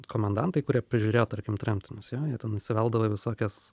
komendantai kurie prižiūrėjo tarkim tremtinius jo jie ten įsiveldavo į visokias